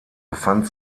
befand